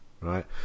right